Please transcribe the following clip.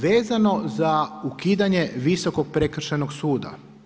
Vezano za ukidanje Visokog prekršajnog suda.